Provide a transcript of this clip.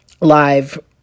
live